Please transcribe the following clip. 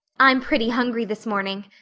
i'm pretty hungry this morning,